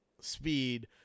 speed